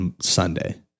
Sunday